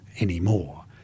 anymore